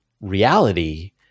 reality